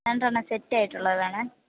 രണ്ടെണ്ണം സെറ്റായിട്ടുള്ളത് വേണം